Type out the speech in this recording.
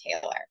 Taylor